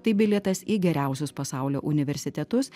tai bilietas į geriausius pasaulio universitetus